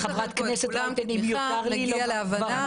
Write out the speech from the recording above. --- נגיע להבנה.